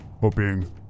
hoping